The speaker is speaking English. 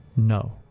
No